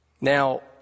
Now